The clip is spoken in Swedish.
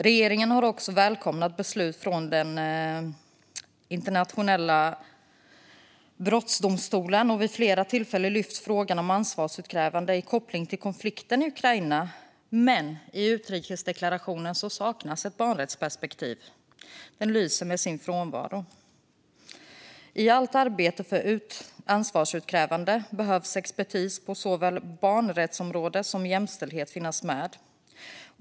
Regeringen har välkomnat beslutet från den internationella brottmålsdomstolen och vid flera tillfällen lyft frågan om ansvarsutkrävande med koppling till konflikten i Ukraina - men i utrikesdeklarationen saknas ett barnrättsperspektiv. Det lyser med sin frånvaro. I allt arbete för ansvarsutkrävande behöver expertis på såväl barnrätt som jämställdhet finnas med.